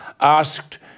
asked